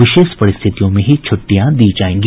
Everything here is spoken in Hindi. विशेष परिस्थितियों में ही छुट्टियां दी जायेगी